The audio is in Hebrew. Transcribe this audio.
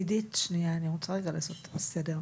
אני רוצה לעשות פה סדר.